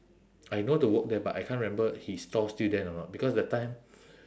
I know to walk there but I can't remember his stall still there or not because that time